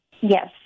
Yes